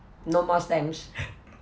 no more stamps